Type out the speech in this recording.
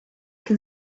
can